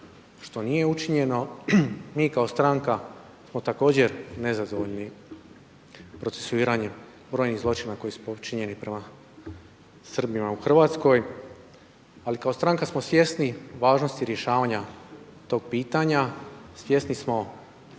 što nije učinjeno. Mi kao stranka smo također nezadovoljni procesuiranjem brojnih zločina koji su počinjeni prema Srbima u Hrvatskoj, ali kao stranka smo svjesni važnosti rješavanja tog pitanja, svjesni smo